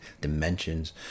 dimensions